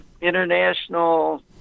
International